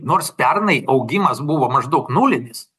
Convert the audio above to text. nors pernai augimas buvo maždaug nulinis